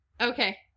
Okay